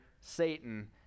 Satan